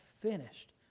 finished